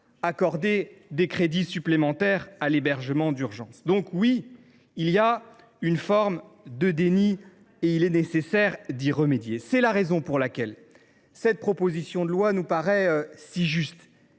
tard, des crédits supplémentaires à l’hébergement d’urgence. Il existe donc bien une forme de déni et il est nécessaire d’y remédier. C’est la raison pour laquelle cette proposition de loi nous paraît si juste